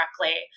correctly